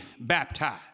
baptized